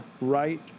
right